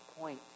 point